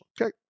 okay